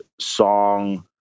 song